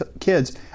kids